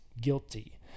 guilty